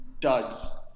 duds